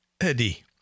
Eddie